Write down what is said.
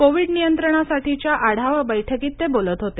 Covid नियंत्रणासाटीच्या आढावा बैठकीत ते बोलत होते